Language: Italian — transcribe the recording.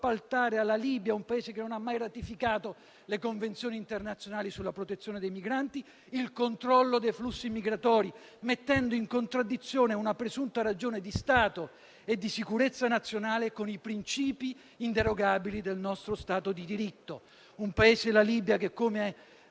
appaltare alla Libia, un Paese che non ha mai ratificato le Convenzioni internazionali sulla protezione dei migranti, il controllo dei flussi migratori, mettendo in contraddizione una presunta ragione di Stato e di sicurezza nazionale con i principi inderogabili del nostro Stato di diritto. È un Paese, la Libia, che come ha